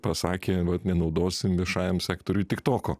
pasakė vat nenaudosim viešajam sektoriui tiktoko